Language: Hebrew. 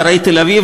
אחרי תל-אביב,